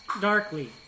darkly